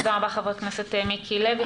תודה רבה, חבר הכנסת מיקי לוי.